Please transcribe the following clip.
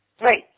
Right